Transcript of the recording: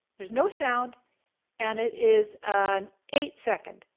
there's no sound and it is an eight second,